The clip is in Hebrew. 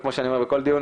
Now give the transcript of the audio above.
וכמו שאני אומר בכל דיון,